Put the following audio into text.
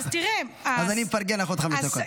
אז אני מפרגן לך עוד חמש דקות.